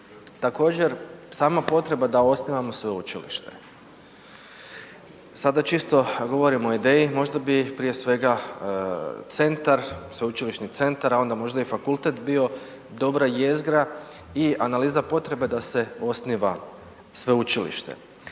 Također sama potreba da osnivamo sveučilište, sada čisto govorimo o ideji, možda bi prije svega centar, sveučilišni centar, a onda možda i fakultet bio dobra jezgra i analiza potrebe da se osniva sveučilište.